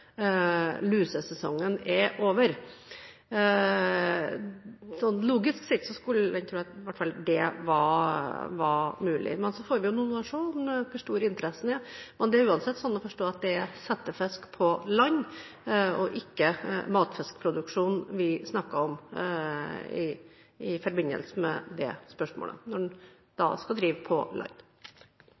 lusesesongen er over. Logisk sett skulle en tro at i hvert fall det var mulig. Men så får vi nå se hvor stor interessen er. Det er uansett sånn å forstå at det er settefisk på land og ikke matfiskproduksjon vi snakker om i forbindelse med det spørsmålet, når en skal drive på land.